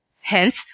Hence